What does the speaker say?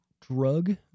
drug